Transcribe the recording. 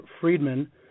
Friedman